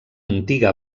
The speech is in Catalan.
antiga